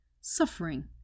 suffering